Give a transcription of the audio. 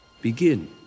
begin